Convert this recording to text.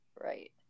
Right